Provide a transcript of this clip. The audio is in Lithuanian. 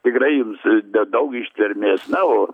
tikrai mums d daug ištvermės na o